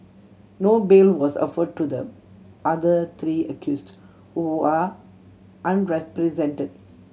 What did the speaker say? no bail was offer to the other three accused who are unrepresented